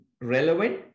relevant